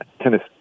tennis